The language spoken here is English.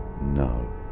no